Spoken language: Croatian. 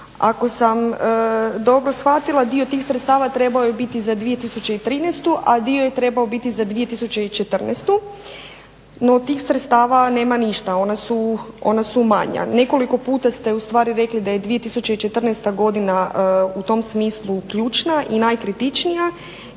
Ako sam dobro shvatila, dio tih sredstava trebao je biti za 2013., a dio je trebao biti za 2014., no tih sredstava nema ništa, ona su manja. Nekoliko puta ste ustvari rekli da je 2014. godina u tom smislu ključna i najkritičnija